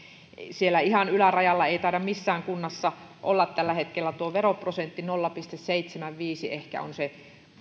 siellä ihan ylärajalla ei taida missään kunnassa olla tällä hetkellä tuo veroprosentti nolla pilkku seitsemänkymmentäviisi ehkä on se